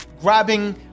grabbing